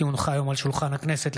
כי הונחה היום על שולחן הכנסת,